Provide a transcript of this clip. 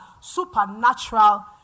supernatural